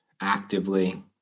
actively